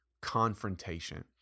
Confrontation